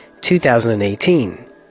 2018